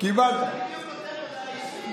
אני בדיוק כותב הודעה אישית.